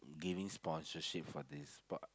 giving sponsorship for this but